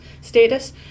status